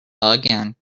again